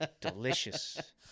Delicious